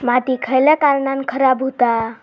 माती खयल्या कारणान खराब हुता?